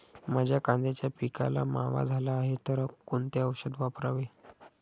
माझ्या कांद्याच्या पिकाला मावा झाला आहे तर कोणते औषध वापरावे?